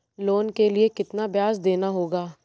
Loan के लिए कितना ब्याज देना होगा?